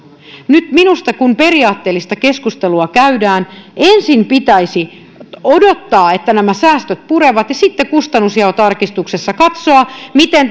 nyt minusta kun periaatteellista keskustelua käydään ensin pitäisi odottaa että nämä säästöt purevat ja sitten kustannusjaon tarkistuksessa katsoa miten